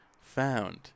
found